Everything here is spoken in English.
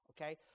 okay